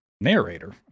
narrator